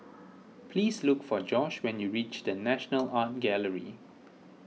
please look for Josh when you reach the National Art Gallery